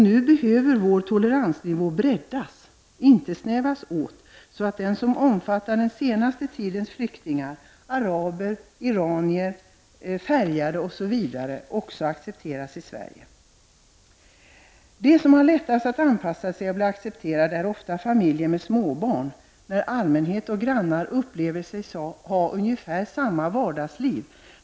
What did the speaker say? Nu behöver vår toleransnivå breddas, inte snävas åt, så att den omfattar den senaste tidens flyktingar, dvs. så att också araber, iranier, färgade osv. accepteras i Sverige. De som har lättast att anpassa sig och bli accepterade är ofta familjer med små barn, där allmänheten och grannar upplever sig ha ungefär samma vardagsliv.